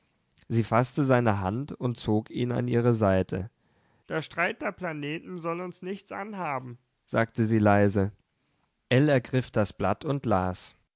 sie faßte seine hand und zog ihn an ihre seite der streit der planeten soll uns nichts anhaben sagte sie leise ell ergriff das blatt und las